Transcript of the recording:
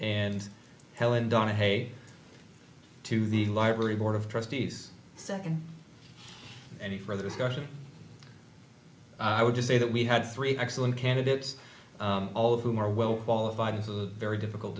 and helen donna hay to the library board of trustees second any further discussion i would just say that we had three excellent candidates all of whom are well qualified is a very difficult